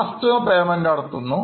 customer payment നടത്തുന്നു